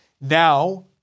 Now